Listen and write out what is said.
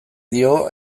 dio